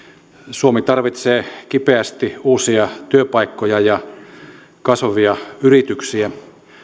suomi tarvitsee kipeästi uusia työpaikkoja ja kasvavia yrityksiä